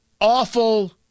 awful